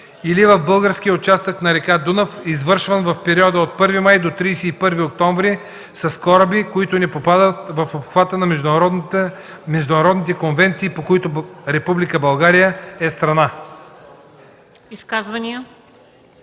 или в българския участък на река Дунав, извършван в периода от 1 май до 31 октомври с кораби, които не попадат в обхвата на международните конвенции, по които Република България е страна.”